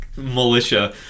militia